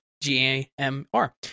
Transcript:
G-A-M-R